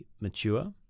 mature